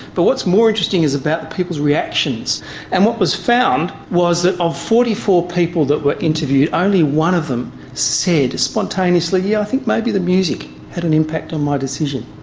but what's more interesting is about the people's reactions and what was found was that of forty four people that were interviewed only one of them said spontaneously, yeah, i think maybe the music had an impact on my decision.